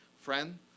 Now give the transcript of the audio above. friend